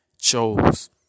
chose